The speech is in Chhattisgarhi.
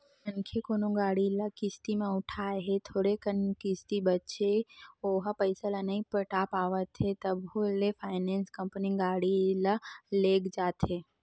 मनखे कोनो गाड़ी ल किस्ती म उठाय हे थोरे कन किस्ती बचें ओहा पइसा ल नइ पटा पावत हे तभो ले फायनेंस कंपनी गाड़ी ल लेग जाथे